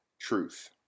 truth